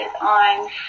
on